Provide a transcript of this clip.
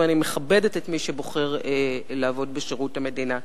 ואני מכבדת את מי שבוחר לעבוד בשירות המדינה.